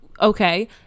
okay